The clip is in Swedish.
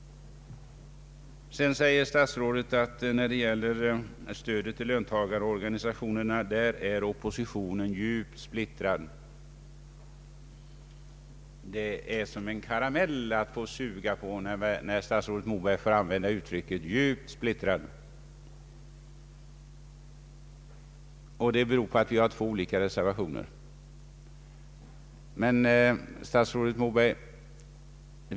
Statsrådet sade att när det gäller stödet till löntagarorganisationerna är oppositionen djupt splittrad. Det är som en karamell att suga på när statsrådet Moberg får använda uttrycket djupt splittrad. Anledningen är att det finns två olika reservationer.